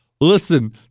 Listen